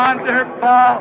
Wonderful